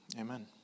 Amen